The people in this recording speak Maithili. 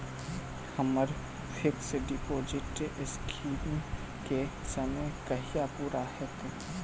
हम्मर फिक्स डिपोजिट स्कीम केँ समय कहिया पूरा हैत?